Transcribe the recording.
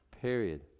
period